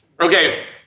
Okay